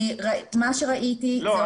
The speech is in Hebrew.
מה שראיתי --- לא,